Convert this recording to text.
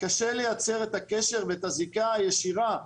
קשה לייצר את הקשר ואת הזיקה הישירה,